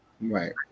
Right